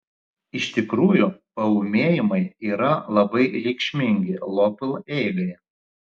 iš tikrųjų paūmėjimai yra labai reikšmingi lopl eigai